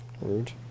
Rude